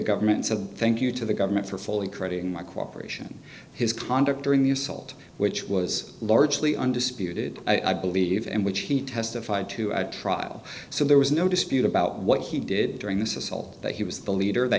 governments of thank you to the government for fully crediting my cooperation his conduct during the assault which was largely undisputed i believe in which he testified to at trial so there was no dispute about what he did during this assault that he was the leader that